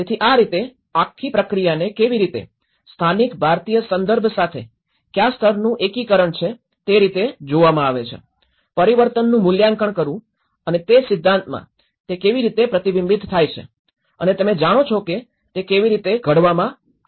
તેથી આ રીતે આખી પ્રક્રિયાને કેવી રીતે સ્થાનિક ભારતીય સંદર્ભ સાથે કયા સ્તરનું એકીકરણ છે તે રીતે જોવામાં આવે છે પરિવર્તનનું મૂલ્યાંકન કરવું અને તે સિદ્ધાંતમાં તે કેવી રીતે પ્રતિબિંબિત થાય છે અને તમે જાણો છો કે તે કેવી રીતે ઘડવામાં આવ્યું છે